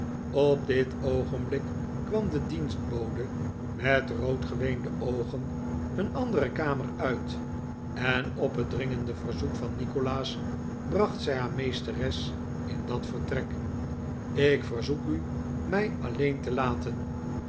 op dit oogenblik kwam de dienstbode met roodgeweende oogen een andere kamer uit en op het dringende verzoek van nikolaas bracht zij haar meesteres in dat vertrek ik verzoek u mij alleen te laten